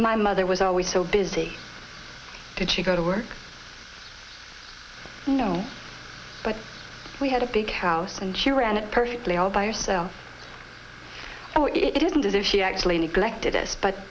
my mother was always so busy did she go to work no but we had a big house and she ran it perfectly all by herself and it didn't do that she actually neglected us but